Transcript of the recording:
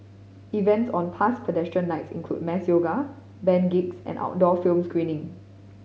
events on past Pedestrian Nights included mass yoga band gigs and outdoor film screening